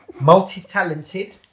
multi-talented